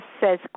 says